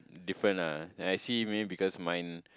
different ah like I see maybe because mine